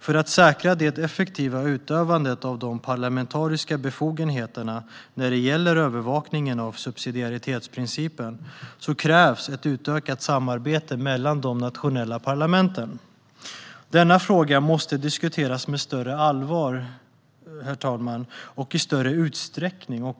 För att säkra det effektiva utövandet av de parlamentariska befogenheterna när det gäller övervakningen av subsidiaritetsprincipen krävs ett utökat samarbete mellan de nationella parlamenten. Denna fråga måste diskuteras med större allvar, herr talman, och i större utsträckning.